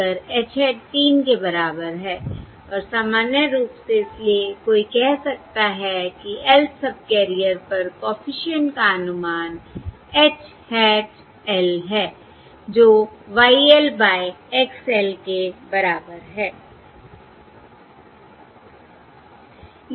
Y 3 X 3 से विभाजित कर H hat 3 के बराबर हैI और सामान्य रूप से इसलिए कोई कह सकता है कि lth सबकैरियर पर कॉफिशिएंट का अनुमान H hat l है जो Y 1 बाय X 1 के बराबर है